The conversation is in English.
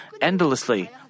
endlessly